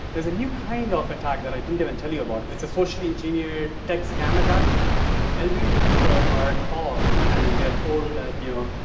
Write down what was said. there's a new kind of attack that i didn't even tell you about, it's a socially engineered text scam attack elderly people are called and they're told that you know,